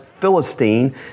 Philistine